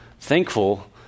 thankful